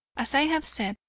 as i have said,